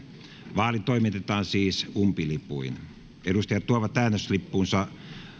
vaali toimitetaan siis umpilipuin edustajat tuovat äänestyslippunsa